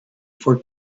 for